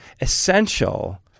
essential